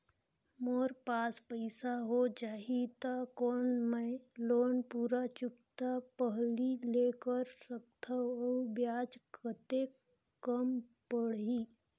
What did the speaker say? मोर पास पईसा हो जाही त कौन मैं लोन पूरा चुकता पहली ले कर सकथव अउ ब्याज कतेक कम पड़ही?